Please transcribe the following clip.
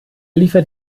liefert